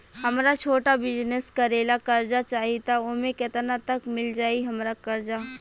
हमरा छोटा बिजनेस करे ला कर्जा चाहि त ओमे केतना तक मिल जायी हमरा कर्जा?